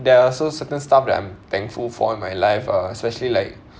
there are also certain stuff that I'm thankful for in my life ah especially like